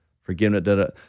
forgiveness